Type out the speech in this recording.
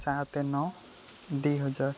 ସାତ ନଅ ଦୁଇହଜାର